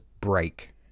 break